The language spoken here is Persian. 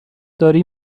داری